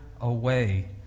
away